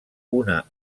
una